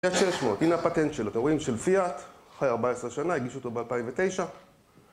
פיאט 600. הנה הפטנט שלה. אתם רואים? של פייאט, אחרי 14 שנה, הגישו אותו ב-2009...